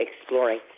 exploring